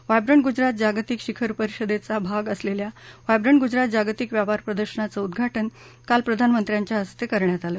vibrant Gujarat जागतिक शिखर परिषदेचा भाग असलेल्या व्हायब्रंट गुजरात जागतिक व्यापार प्रदर्शनाचं उद्दाटन काल प्रधानमंत्र्यांच्या हस्ते करण्यात आलं